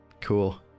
Cool